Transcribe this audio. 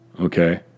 okay